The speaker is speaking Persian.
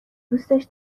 دوستش